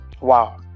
Wow